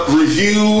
review